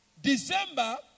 December